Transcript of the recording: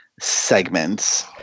segments